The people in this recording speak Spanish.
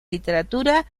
literatura